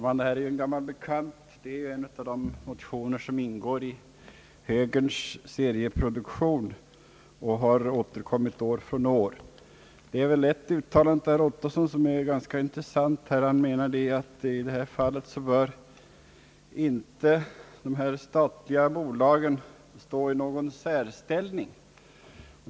Herr talman! Dessa motioner är gamla bekanta. De ingår i högerns serieproduktion och har återkommit år från år. Ett uttalande av herr Ottosson var ganska intressant. Han sade att de statliga bolagen i detta fall inte bör inta någon särställning.